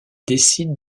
décident